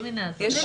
זו